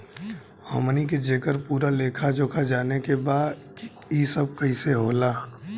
हमनी के जेकर पूरा लेखा जोखा जाने के बा की ई सब कैसे होला?